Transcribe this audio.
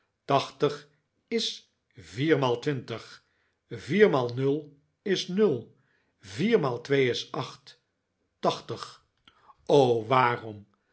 tachtig is viermaal twintig vier maal nul is nul viermaal twee is acht tachtig o waarom